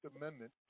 Amendment